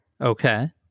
Okay